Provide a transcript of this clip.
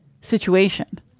situation